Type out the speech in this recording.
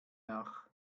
nach